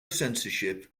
censorship